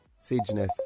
Sageness